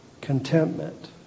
contentment